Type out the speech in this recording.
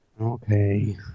Okay